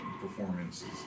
performances